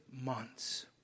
months